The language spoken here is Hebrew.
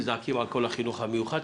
מזדעקים על כל החינוך המיוחד,